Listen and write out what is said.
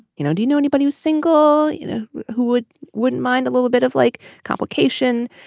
you know do you know anybody who's single you know who would wouldn't mind a little bit of like complication.